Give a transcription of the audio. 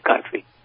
country